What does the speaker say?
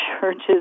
churches